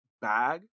bag